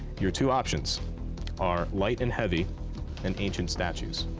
your two options are light and heavy and ancient statues.